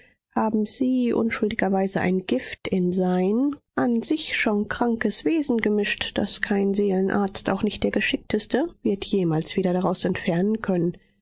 haben sie unschuldigerweise ein gift in sein an sich schon krankes wesen gemischt das kein seelenarzt auch nicht der geschickteste wird jemals wieder daraus entfernen können